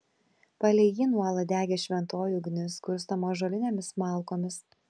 palei jį nuolat degė šventoji ugnis kurstoma ąžuolinėmis malkomis